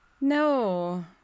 No